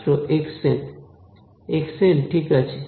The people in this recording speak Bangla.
ছাত্র xn xn ঠিক আছে